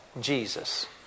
Jesus